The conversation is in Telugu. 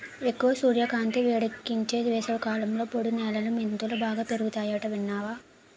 ఎక్కువ సూర్యకాంతి, వేడెక్కించే వేసవికాలంలో పొడి నేలలో మెంతులు బాగా పెరుగతాయట విన్నావా